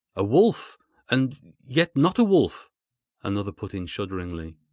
a wolf and yet not a wolf another put in shudderingly.